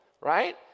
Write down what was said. right